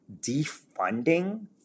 defunding